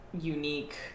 unique